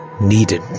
needed